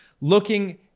looking